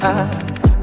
eyes